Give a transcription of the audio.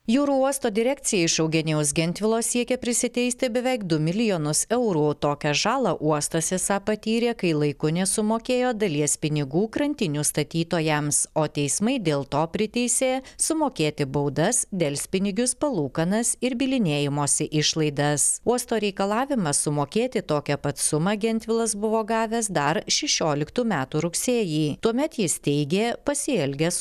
jūrų uosto direkcija iš eugenijaus gentvilo siekia prisiteisti beveik du milijonus eurų tokią žalą uostas esą patyrė kai laiku nesumokėjo dalies pinigų krantinių statytojams o teismai dėl to priteisė sumokėti baudas delspinigius palūkanas ir bylinėjimosi išlaidas uosto reikalavimą sumokėti tokią pat sumą gentvilas buvo gavęs dar šešioliktų metų rugsėjį tuomet jis teigė pasielgęs